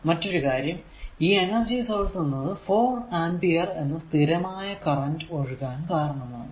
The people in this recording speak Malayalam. മറ്റൊരു കാര്യം ഈ എനർജി സോഴ്സ് എന്നത് 4 ആംപിയർ എന്ന സ്ഥിരമായ കറന്റ് ഒഴുകാൻ കാരണമാകുന്നു